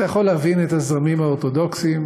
אתה יכול להבין את הזרמים האורתודוקסיים,